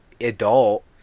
adult